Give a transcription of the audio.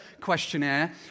questionnaire